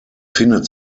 findet